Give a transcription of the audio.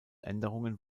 änderungen